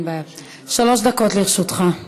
שלוש דקות לרשותך.